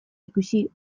ikusi